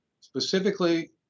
Specifically